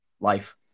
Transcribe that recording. life